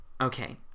Okay